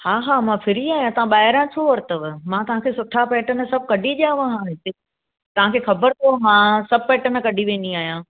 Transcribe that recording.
हा हा मां फ्री आहियां तव्हां ॿाहिरां छो वरतुव मां तव्हांखे सुठा पेटर्न सभु कढी ॾियांव हा तव्हांखे ख़बर हू हा सभु पेटर्न कढी वेंदी आहियां